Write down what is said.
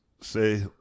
say